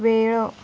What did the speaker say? वेळ